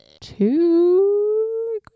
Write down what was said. two